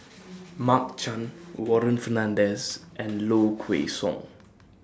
Mark Chan Warren Fernandez and Low Kway Song